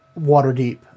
Waterdeep